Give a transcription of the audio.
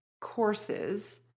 courses